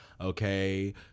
okay